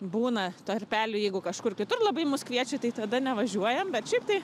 būna tarpelių jeigu kažkur kitur labai mus kviečia tai tada nevažiuojam bet šiaip tai